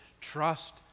Trust